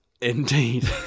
Indeed